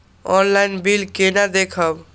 Online bill केना देखब?